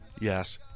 yes